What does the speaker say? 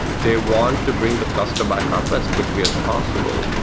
they want to bring the cluster back up as quickly as possible,